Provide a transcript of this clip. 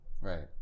Right